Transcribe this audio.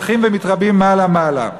הולכים ומתרבים מעלה מעלה.